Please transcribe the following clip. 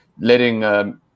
letting